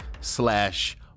slash